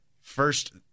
first